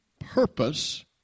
Purpose